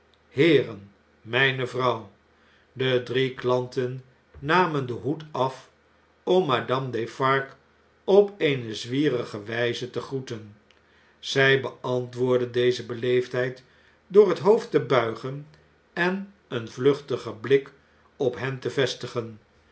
heeren mjjne vrouw de drie klanten namen den hoed af om madame defarge op eene zwierige wfjze te groeten zij beantwoordde deze beleefdheid door het hoofd te buigen en een vluchtigen blik op hen te vestigen